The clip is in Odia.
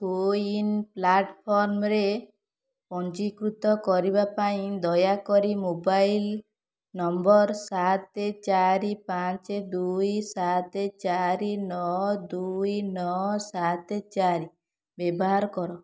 କୋୱିନ୍ ପ୍ଲାଟଫର୍ମ୍ ରେ ପଞ୍ଜୀକୃତ କରିବା ପାଇଁ ଦୟାକରି ମୋବାଇଲ୍ ନମ୍ବର୍ ସାତ ଚାରି ପାଞ୍ଚ ଦୁଇ ସାତ ଚାରି ନଅ ଦୁଇ ନଅ ସାତ ଚାରି ବ୍ୟବହାର କର